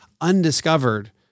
undiscovered